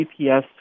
GPS